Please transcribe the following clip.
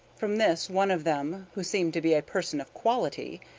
from this, one of them, who seemed to be a person of quality,